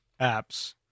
apps